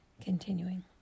Continuing